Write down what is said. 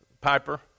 Piper